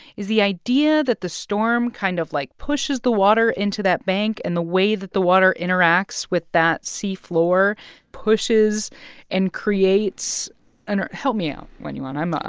is the idea that the storm kind of, like, pushes the water into that bank and the way that the water interacts with that seafloor pushes and creates i don't know. help me out, wenyuan. i'm. ah